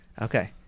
Okay